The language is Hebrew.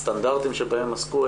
הסטנדרטיים שבהם עסקו,